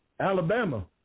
Alabama